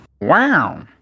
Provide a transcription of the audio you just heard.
Wow